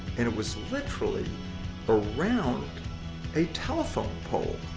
and it was literally around a telephone pole.